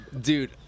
Dude